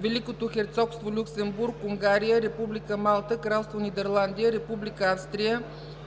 Великото херцогство Люксембург, Унгария, Република Малта, Кралство Нидерландия, Република Австрия,